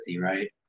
right